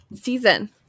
season